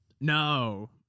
No